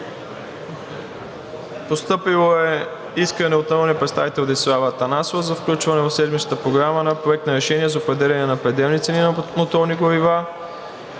Постъпило е искане от народния представител Десислава Атанасова за включване в седмичната Програма на Проект на решение за определяне на пределни цени на моторни горива.